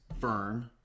firm